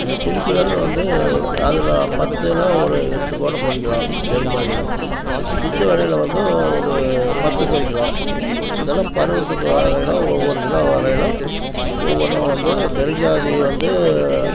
இந்த குஞ்சுகள் வந்து அதில் பத்தில் ஒரு எட்டு கூட பொரிக்கலாம் பெருஞ்ஜாதியில் சித்து வகையில் வந்து ஒரு பத்து பொரிக்கலாம் இதெல்லாம் பருவத்துக்கு வரையில் ஒவ்வொரு கிலோ வரையில் ஒவ்வொன்று வந்து பெருஞ்ஜாதி வந்து